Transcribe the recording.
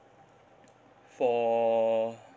for